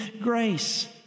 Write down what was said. grace